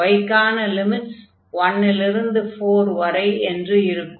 y க்கான limits 1 லிருந்து 4 வரை என்று இருக்கும்